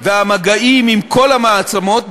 והמגעים עם כל המעצמות,